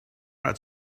not